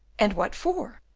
and what for?